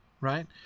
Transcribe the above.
Right